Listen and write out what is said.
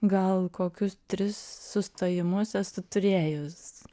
gal kokius tris sustojimus esu turėjus